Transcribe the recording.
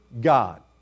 God